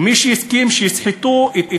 ומי שהסכים שיסחטו את המדינה,